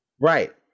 right